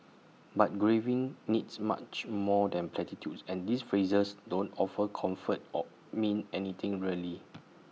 but grieving needs much more than platitudes and these phrases don't offer comfort or mean anything really